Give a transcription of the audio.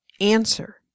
answer